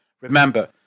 Remember